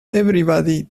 everybody